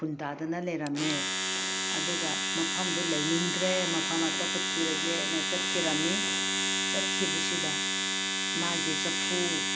ꯈꯨꯟ ꯇꯥꯗꯅ ꯂꯩꯔꯝꯃꯦ ꯑꯗꯨꯒ ꯃꯐꯝꯗꯨ ꯂꯩꯅꯤꯡꯗ꯭ꯔꯦ ꯃꯐꯝ ꯑꯇꯣꯞꯄ ꯊꯤꯔꯒꯦꯅ ꯆꯠꯈꯤꯔꯝꯏ ꯆꯠꯈꯤꯕꯁꯤꯗ ꯃꯥꯒꯤ ꯆꯐꯨ